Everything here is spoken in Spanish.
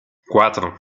cuatro